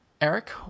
Eric